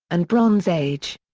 and bronze age.